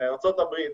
ארצות הברית,